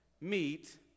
meet